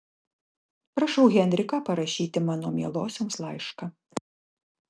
prašau henriką parašyti mano mielosioms laišką